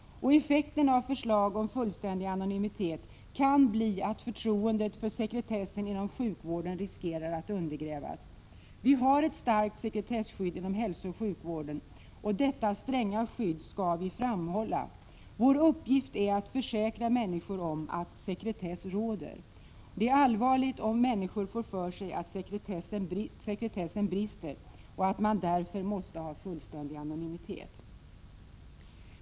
Effekten av förslag om fullständig anonymitet kan bli att förtroendet för sekretessen inom sjukvården riskerar att undergrävas. Vi har ett starkt sekretesskydd inom hälsooch sjukvården, och detta stränga skydd skall vi framhålla. Vår uppgift är att försäkra människor om att sekretess råder. Det är allvarligt om människor får för sig att sekretessen brister och att man därför måste ha fullständig anonymitet.